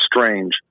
strange